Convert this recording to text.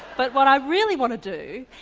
but what i really want to do.